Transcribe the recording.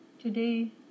today